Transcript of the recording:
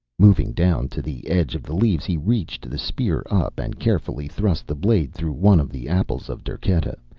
moving down to the edge of the leaves, he reached the spear up and carefully thrust the blade through one of the apples of derketa,